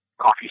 coffee